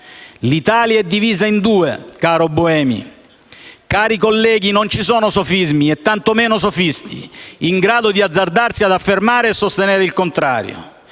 L'Italia è divisa in due, caro collega Buemi. Cari colleghi, non ci sono sofismi e tantomeno sofisti in grado di azzardarsi ad affermare e sostenere il contrario.